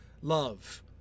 Love